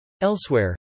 Elsewhere